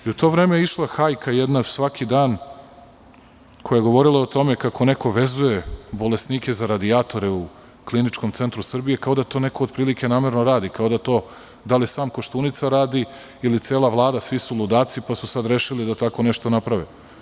U to vreme je išla jedna hajka svaki dan, koja je govorila o tome kako neko vezuje bolesnike za radijatore u KC Srbije, kao da to neko namerno radi, da li sam Koštunica radi ili cela Vlada, svi su ludaci, pa su sad rešili da tako nešto naprave.